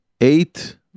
eight